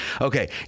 Okay